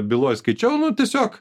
byloj skaičiau nu tiesiog